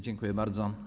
Dziękuję bardzo.